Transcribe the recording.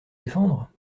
défendre